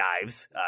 dives